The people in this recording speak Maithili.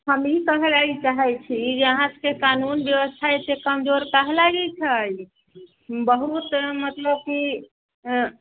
हम ई कहै लागी चाहै छी जे अहाँके कानून बेबस्था एतेक कमजोर काहे लागी छै बहुत मतलब कि